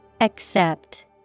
Accept